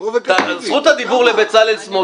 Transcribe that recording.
זכות הדיבור לבצלאל סמוטריץ.